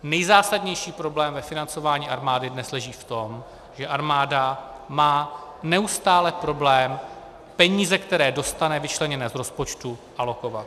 Nejzásadnější problém ve financování armády dnes leží v tom, že armáda má neustále problém peníze, které dostane vyčleněné z rozpočtu, alokovat.